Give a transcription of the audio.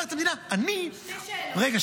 אומרת המדינה: אני --- רגע.